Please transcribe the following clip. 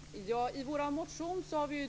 Herr talman! I vår motion har vi